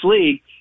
league